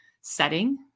setting